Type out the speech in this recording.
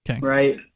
right